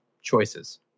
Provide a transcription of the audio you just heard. choices